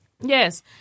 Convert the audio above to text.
Yes